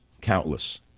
Countless